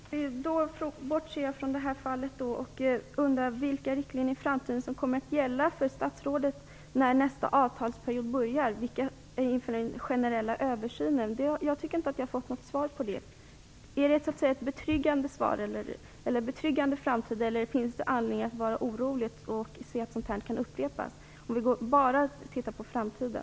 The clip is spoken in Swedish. Fru talman! Då bortser jag från det här fallet och undrar vilken inriktning som kommer att gälla för statsrådet i framtiden när nästa avtalsperiod börjar, dvs. inför den generella översynen. Jag tycker inte att jag har fått något svar på det. Är det en betryggande framtid, eller finns det anledning att vara orolig för att sådant här kan upprepas? Vi behöver bara titta på framtiden.